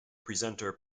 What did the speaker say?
presenter